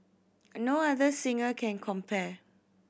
no other singer can compare